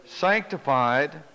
sanctified